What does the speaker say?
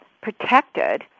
protected